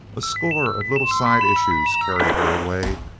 a score of little side-issues carried her away.